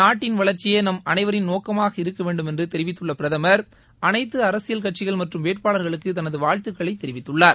நாட்டின் வளர்ச்சியே நம் அனைவரின் நோக்கமாக இருக்கவேண்டுமென்று தெரிவித்துள்ள பிரதமா் அனைத்து அரசியல் கட்சிகள் மற்றும் வேட்பாளா்களுக்கு தனது வாழ்த்துகளைத் தெரிவித்துள்ளார்